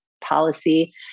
policy